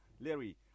Larry